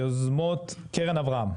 יוזמות קרן אברהם.